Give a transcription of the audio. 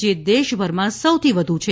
જે દેશભરમાં સૌથી વધુ છે